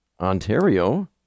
Ontario